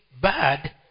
bad